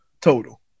total